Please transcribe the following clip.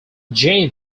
jane